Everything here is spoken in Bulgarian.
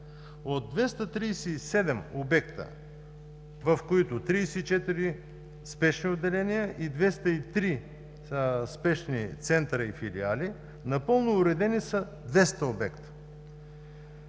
От 237 обекта, от които 34 спешни отделения и 203 спешни центъра и филиали, напълно уредени са 200 обекта.